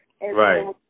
Right